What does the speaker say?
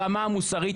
ברמה המוסרית,